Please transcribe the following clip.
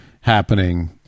happening